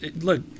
look